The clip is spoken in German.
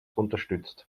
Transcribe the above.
unterstützt